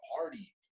party